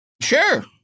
Sure